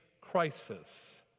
crisis